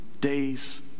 day's